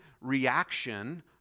reaction